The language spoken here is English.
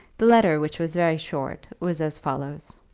the letter, which was very short, was as follows